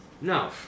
No